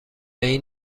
این